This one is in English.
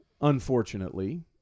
unfortunately